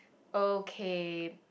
okay